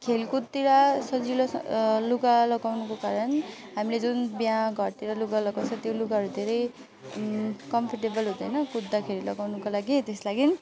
खेलकुदतिर सजिलो लुगा लगाउनुको कारण हामीले जुन बिहा घरतिर लुगा लगाउँछ त्यो लुगा धेरै कम्फोर्टेबल हुँदैन कुद्दाखेरि लगाउनुको लागि त्यस लागि